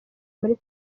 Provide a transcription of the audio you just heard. muri